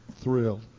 thrilled